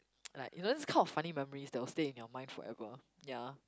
like you know this kind of funny memories that will stay in your mind forever ya